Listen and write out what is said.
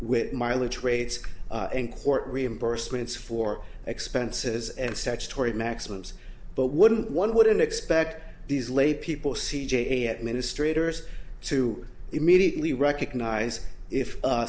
rates in court reimbursements for expenses and statutory maximums but wouldn't one wouldn't expect these laypeople c j d administrators to immediately recognize if